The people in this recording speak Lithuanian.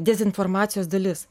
dezinformacijos dalis